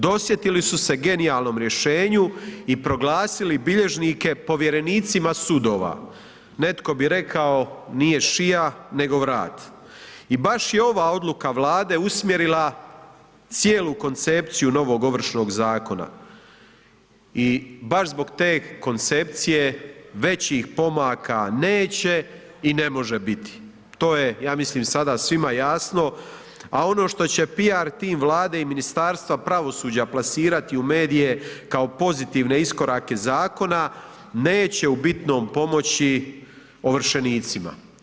Dosjetili su se genijalnom rješenju i proglasili bilježnike povjerenicima sudova, netko bi rekao nije šija nego vrat, i baš je ova odluka Vlade usmjerila cijelu koncepciju novog Ovršnog zakona i baš zbog te koncepcije većih pomaka neće i ne može biti, to je ja mislim sada svima jasno, a ono što će PR tim Vlade i Ministarstva pravosuđa plasirati u medije kao pozitivne iskorake zakona neće u bitnom pomoći ovršenicima.